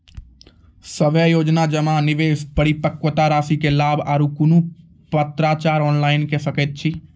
सभे योजना जमा, निवेश, परिपक्वता रासि के लाभ आर कुनू पत्राचार ऑनलाइन के सकैत छी?